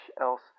else